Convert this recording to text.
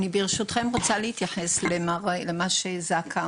אני רוצה להתייחס למה שאמר נציג זק"א.